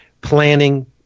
planning